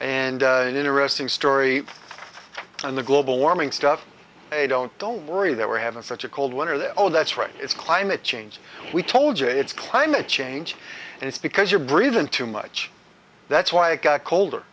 and an interesting story on the global warming stuff don't don't worry that we're having such a cold winter there oh that's right it's climate change we told you it's climate change and it's because you're breathing too much that's why it got colder